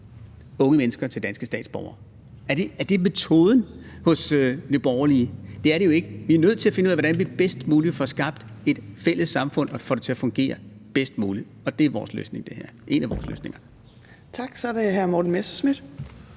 unge mennesker til danske statsborgere. Er det metoden hos Nye Borgerlige? Det er jo ikke metoden. Vi er nødt til at finde ud af, hvordan vi bedst muligt får skabt et fælles samfund og får det til at fungere bedst muligt. Det her er en af vores løsninger. Kl. 13:20 Fjerde næstformand (Trine Torp): Tak. Så er det hr. Morten Messerschmidt.